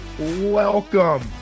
welcome